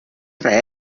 res